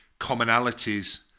commonalities